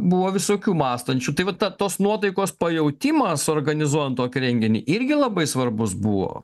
buvo visokių mąstančių tai vat tos nuotaikos pajautimas organizuojant tokį renginį irgi labai svarbus buvo